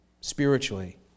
Spiritually